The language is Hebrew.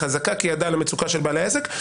חזקה כי ידע על המצוקה של בעל העסק".